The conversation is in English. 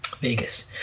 Vegas